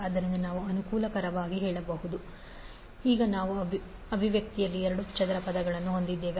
ಆದ್ದರಿಂದ ನಾವು ಅನುಕೂಲಕರವಾಗಿ ಹೇಳಬಹುದು 12L1i12 Mi1i212L2i22≥0 ಈಗ ನಾವು ಅಭಿವ್ಯಕ್ತಿಯಲ್ಲಿ ಎರಡು ಚದರ ಪದಗಳನ್ನು ಹೊಂದಿದ್ದೇವೆ